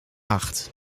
acht